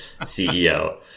CEO